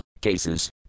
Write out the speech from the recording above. cases